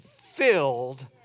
filled